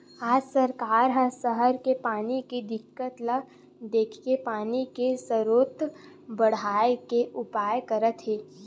आज सरकार ह सहर के पानी के दिक्कत ल देखके पानी के सरोत बड़हाए के उपाय करत हे